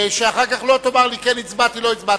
שאחר כך לא תאמר לי, כן הצבעתי, לא הצבעתי.